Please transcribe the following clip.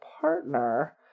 partner